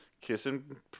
kissing